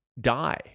die